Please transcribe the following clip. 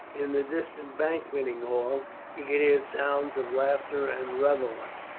in the distant banqueting hall he could hear sounds of laughter and revelry,